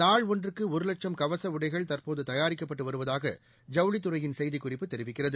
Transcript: நாள் ஒன்றுக்கு ஒரு லட்சம் கவச உடைகள் தற்போது தயாரிக்கப்பட்டு வருவதாக ஜவுளித்துறையின் செய்திக்குறிப்பு தெரிவிக்கிறது